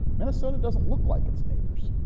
minnesota doesn't look like it's neighbors.